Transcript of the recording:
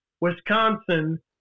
Wisconsin